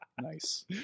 Nice